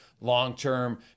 long-term